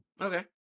Okay